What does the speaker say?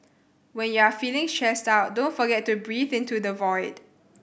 when you are feeling stressed out don't forget to breathe into the void